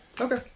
Okay